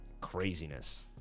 craziness